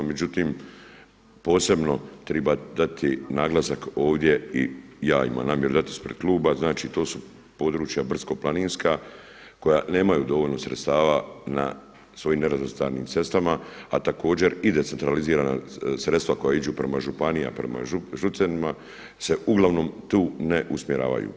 Međutim, posebno treba dati naglasak ovdje i ja imam namjeru dati ispred kluba, znači to su područja brdsko-planinska koja nemaju dovoljno sredstava na svojim nerazvrstanim cestama a također i decentralizirana sredstva koja iđu prema županijama, prema ŽUC-evima se uglavnom tu ne usmjeravaju.